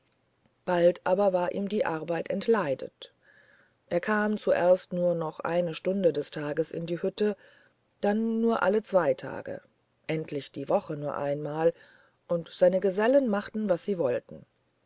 bald aber war ihm die arbeit entleidet und er kam zuerst nur noch eine stunde des tages in die hütte dann nur alle zwei tage endlich die woche nur einmal und seine gesellen machten was sie wollten